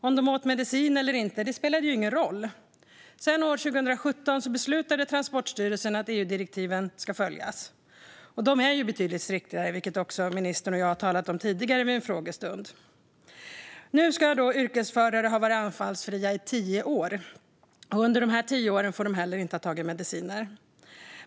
Om de åt medicin eller inte spelade ingen roll. Men 2017 beslutade Transportstyrelsen att EU-direktiven ska följas, och de är betydligt striktare. Detta har ministern och jag talat om tidigare vid en frågestund. Nu ska yrkesförare ha varit anfallsfria i tio år, och under dessa tio år får de inte heller ha tagit mediciner.